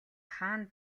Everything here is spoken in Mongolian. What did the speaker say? хаана